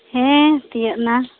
ᱦᱮᱸ ᱛᱤᱭᱟᱹᱜ ᱮᱱᱟ